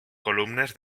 columnes